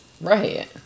Right